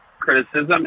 criticism